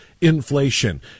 inflation